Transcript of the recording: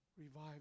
Revive